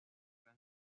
gran